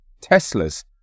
Teslas